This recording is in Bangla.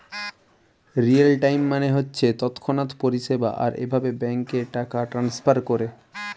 রিয়েল টাইম মানে হচ্ছে তৎক্ষণাৎ পরিষেবা আর এভাবে ব্যাংকে টাকা ট্রাস্নফার কোরে